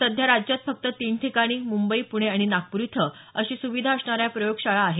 सध्या राज्यात फक्त तीन ठिकाणी मुंबई पुणे आणि नागपूर इथे अशी सुविधा असणाऱ्या प्रयोगशाळा आहेत